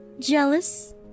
Jealous